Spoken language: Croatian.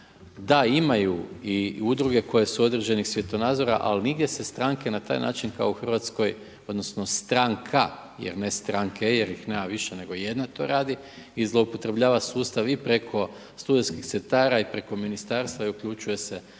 Da, imaju i udruge koje su određenih svjetonazora ali nigdje se stranke na taj način kao u Hrvatskoj odnosno stranka jer ne stranke jer ih nema više nego jedna to radi i zloupotrebljava sustav i preko studentskih centara i preko ministarstva i uključuje se na